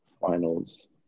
Finals